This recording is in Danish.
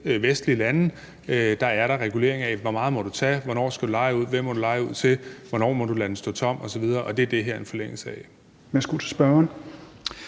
vestlige lande, altså der er der reguleringer af, hvor meget du må tage, hvornår du skal leje ud, hvem må du leje ud til, hvornår du må lade den stå tom, osv. Og det er det her en forlængelse af.